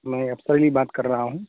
میں افسر علی بات کر رہا ہوں